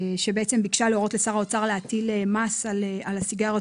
שביקשה להורות לשר האוצר להטיל מס על הסיגריות